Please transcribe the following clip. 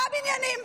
עשרה בניינים,